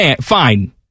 fine